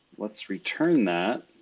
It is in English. let's return that.